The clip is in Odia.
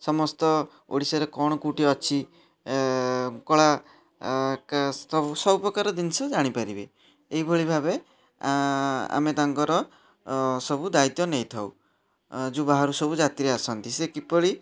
ସମସ୍ତ ଓଡ଼ିଶାରେ କ'ଣ କେଉଁଠି ଅଛି କଳା ସବୁ ସବୁ ପ୍ରକାର ଜିନିଷ ଜାଣି ପାରିବେ ଏହିଭଳି ଭାବେ ଆମେ ତାଙ୍କର ସବୁ ଦାୟିତ୍ୱ ନେଇଥାଉ ଯେଉଁ ବାହାରୁ ସବୁ ଯାତ୍ରୀ ଆସନ୍ତି ସେ କିଭଳି